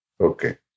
Okay